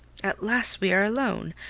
at last we are alone.